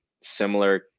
similar